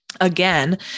again